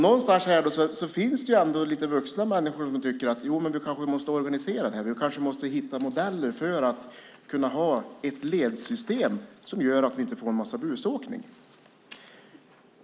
Någonstans här finns ändå en del vuxna människor som tycker att vi kanske måste organisera det här och hitta modeller för att kunna ha ett ledsystem som gör att vi inte får en massa busåkning.